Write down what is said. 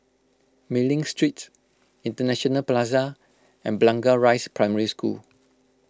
Mei Ling Street International Plaza and Blangah Rise Primary School